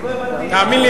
תאמין לי,